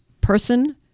person